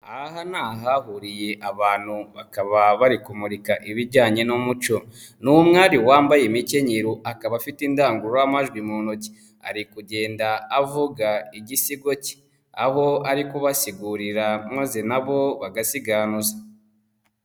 Aha ni ahuriye abantu bakaba bari kumurika ibijyanye n'umuco. Ni umwari wambaye imikenyero, akaba afite indangururamajwi mu ntoki ari kugenda avuga igisigo ke, aho ari kubasigurira maze na bo bagasiganuza.